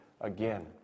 again